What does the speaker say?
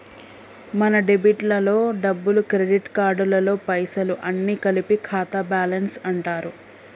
మన డెబిట్ లలో డబ్బులు క్రెడిట్ కార్డులలో పైసలు అన్ని కలిపి ఖాతా బ్యాలెన్స్ అంటారు